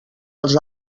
els